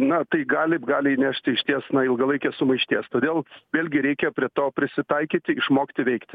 na tai gali gali įnešti išties ilgalaikės sumaišties todėl vėlgi reikia prie to prisitaikyti išmokti veikti